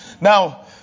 Now